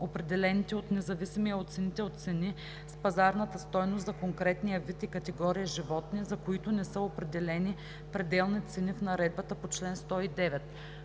определените от независимия оценител цени с пазарната стойност за конкретния вид и категория животни, за които не са определени пределни цени в наредбата по чл. 109.